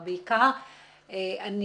אני